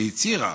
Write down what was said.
והצהירה